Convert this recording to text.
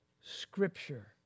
Scripture